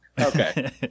Okay